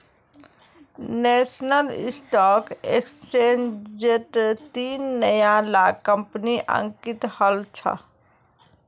national stock एक्सचेंजट तीन नया ला कंपनि अंकित हल छ